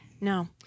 No